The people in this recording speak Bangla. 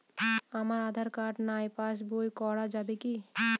আমার আঁধার কার্ড নাই পাস বই করা যাবে কি?